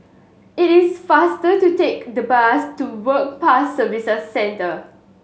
it is faster to take the bus to Work Pass Services Centre